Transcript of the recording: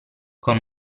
con